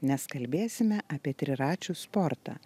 nes kalbėsime apie triračių sportą